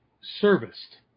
serviced